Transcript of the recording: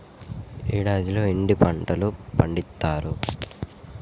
ఏడాదిలో ఎన్ని పంటలు పండిత్తరు?